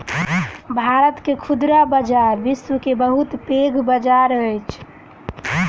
भारत के खुदरा बजार विश्व के बहुत पैघ बजार अछि